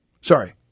Sorry